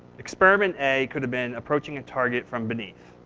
experiment a could have been approaching a target from beneath,